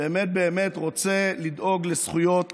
באמת באמת רוצה לדאוג לזכויות